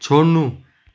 छोड्नु